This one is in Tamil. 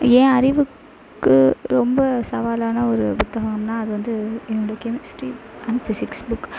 என் அறிவுக்கு ரொம்ப சவாலான ஒரு புத்தகம்னா அது வந்து என்னோட கெமிஸ்ட்ரி அண்ட் ஃபிஸிக்ஸ் புக்